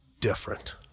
different